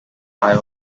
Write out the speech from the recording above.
eye